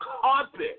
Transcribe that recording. carpet